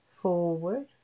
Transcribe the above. forward